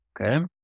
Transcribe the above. okay